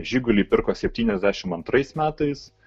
žigulį pirko septynasdešimt antrais metais